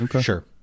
sure